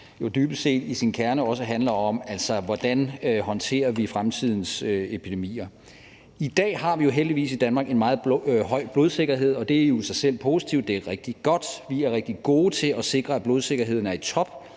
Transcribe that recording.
jo dybest set i sin kerne også handler om, hvordan vi håndterer fremtidens epidemier. I dag har vi i Danmark heldigvis en meget høj blodsikkerhed, og det er jo i sig selv positivt – det er rigtig godt. Vi er rigtig gode til at sikre, at blodsikkerheden er i top